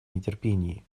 нетерпении